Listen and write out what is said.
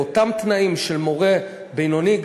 באותם תנאים של מורה בינוני,